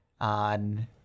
on